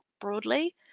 broadly